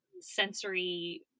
sensory